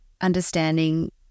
understanding